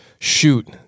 shoot